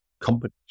companies